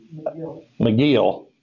McGill